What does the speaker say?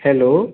hello